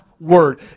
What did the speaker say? Word